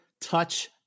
touch